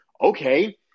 okay